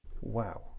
Wow